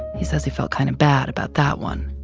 he says he felt kind of bad about that one,